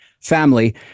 family